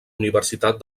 universitat